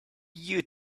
you